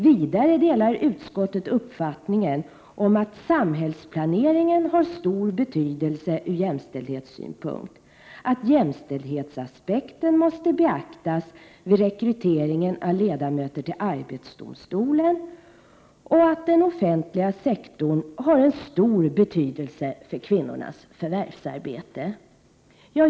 Vidare delar utskottet uppfattningen att samhällsplaneringen har stor betydelse från jämställdhetssynpunkt, att jämställdhetsaspekten måste beaktas vid rekryteringen av ledamöter till arbetsdomstolen och att den offentliga sektorn har stor betydelse för kvinnornas förvärvsarbete.